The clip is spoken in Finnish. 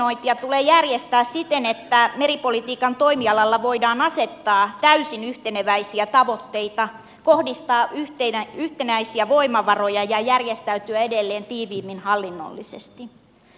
ainakin koordinointia tulee järjestää siten että meripolitiikan toimialalla voidaan asettaa täysin yhteneväisiä tavoitteita kohdistaa yhtenäisiä voimavaroja ja järjestäytyä edelleen tiiviimmin hallinnollisesti